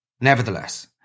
Nevertheless